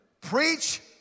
preach